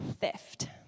Theft